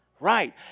Right